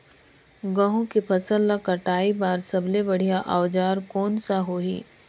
गहूं के फसल ला कटाई बार सबले बढ़िया औजार कोन सा होही?